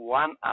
one